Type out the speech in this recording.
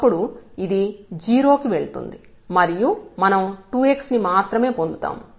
అప్పుడు ఇది 0 కి వెళ్తుంది మరియు మనం 2 x ని మాత్రమే పొందుతాం